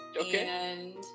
Okay